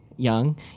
Young